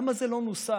למה זה לא נוסה?